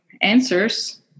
answers